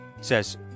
says